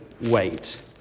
wait